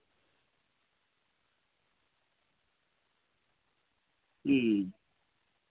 ᱦᱩᱸ